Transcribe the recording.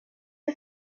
the